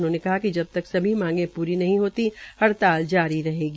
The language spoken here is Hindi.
उन्होंने कहा कि जबकि सभी मांगे पूरी नहीं होंगी हड़ताल जारी रहेगी